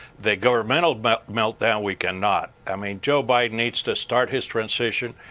the governmental but meltdown we cannot. i mean joe biden needs to start his transition.